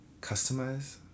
customize